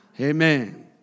Amen